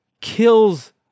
kills